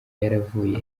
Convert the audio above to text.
yaravuye